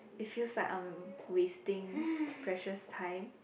it feels like I'm wasting precious time